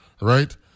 right